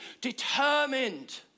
determined